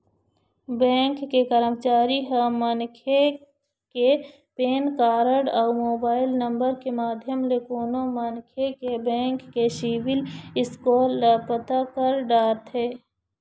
bank के करमचारी ह मनखे के पेन कारड अउ मोबाईल नंबर के माध्यम ले कोनो मनखे के बेंक के सिविल स्कोर ल पता कर डरथे